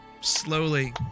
slowly